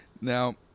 Now